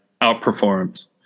outperformed